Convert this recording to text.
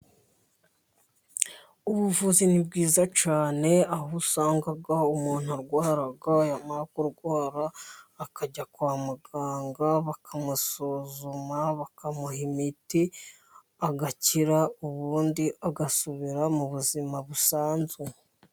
Ubuvuzi ni bwiza cyane aho usanga umuntu arwara yamara kurwara akajya kwa muganga bakamusuzuma, bakamuha imiti agakira ubundi agasubira mu buzima busanzwe.